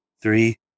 three